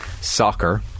soccer